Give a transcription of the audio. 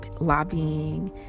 lobbying